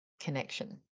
connection